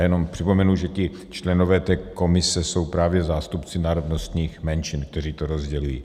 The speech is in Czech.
Jenom připomenu, že členové té komise jsou právě zástupci národnostních menšin, kteří to rozdělují.